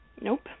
Nope